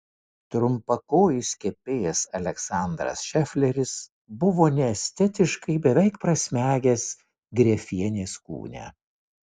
trumpakojis kepėjas aleksandras šefleris buvo neestetiškai beveik prasmegęs grefienės kūne